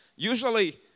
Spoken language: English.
Usually